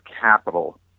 capital